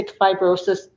fibrosis